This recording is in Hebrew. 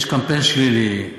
יש קמפיין שלילי,